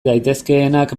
daitezkeenak